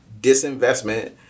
disinvestment